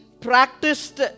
practiced